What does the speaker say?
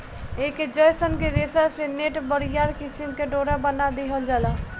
ऐके जयसन के रेशा से नेट, बरियार किसिम के डोरा बना दिहल जाला